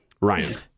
Ryan